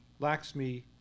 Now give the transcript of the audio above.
Laxmi